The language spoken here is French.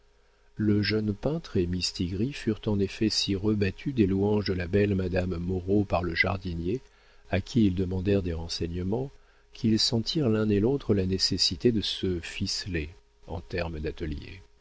le jeune peintre et mistigris furent en effet si rebattus des louanges de la belle madame moreau par le jardinier à qui ils demandèrent des renseignements qu'ils sentirent l'un et l'autre la nécessité de se ficeler